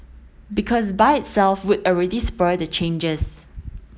because by itself would already spur the changes